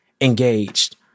engaged